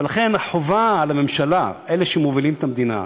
ולכן החובה על הממשלה, אלה שמובילים את המדינה,